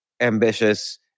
ambitious